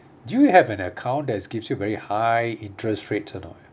do you have an account that gives you very high interest rate and all